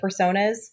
personas